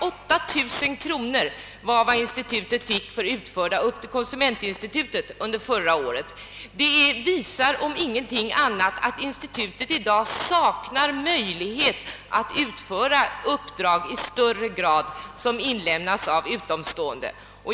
8 000 kronor var vad konsumentinstitutet fick i ersättning för utförda uppdrag under förra året. Det visar om inte annat att institutet i dag saknar möjlighet att i större utsträckning utföra undersökningar som begäres av utomstående.